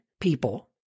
people